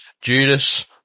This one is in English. Judas